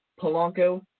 Polanco